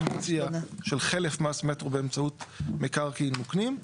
מציע של חלף מס מטרו באמצעות מקרקעין מוקנים.